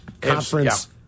Conference